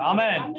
Amen